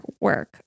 work